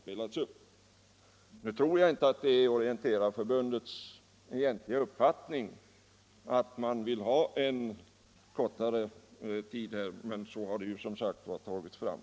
Nu tror jag inte att Orienteringsförbundets uppfattning egentligen är att jakttiden skall vara kortare, men så har saken lagts fram i propositionen.